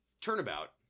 turnabout